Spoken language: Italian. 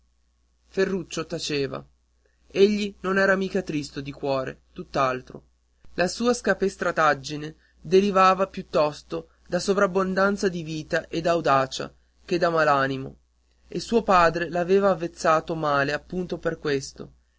ferruccio taceva egli non era mica tristo di cuore tutt'altro la sua scapestrataggine derivava piuttosto da sovrabbondanza di vita e d'audacia che da mal animo e suo padre l'aveva avvezzato male appunto per questo